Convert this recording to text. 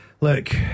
look